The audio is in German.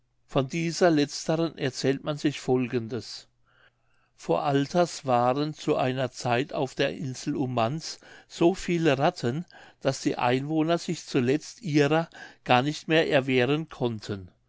von dieser letzteren erzählt man sich folgendes vor alters waren zu einer zeit auf der insel ummanz so viele ratten daß die einwohner sich zuletzt ihrer gar nicht mehr erwehren konnten